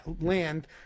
land